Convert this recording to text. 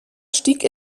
stieg